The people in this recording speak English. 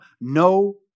No